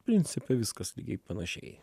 principe viskas lygiai panašiai